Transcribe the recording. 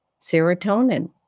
serotonin